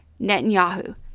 Netanyahu